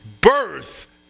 birth